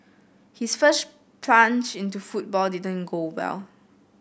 his first plunge into football didn't go well